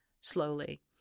slowly